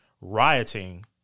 rioting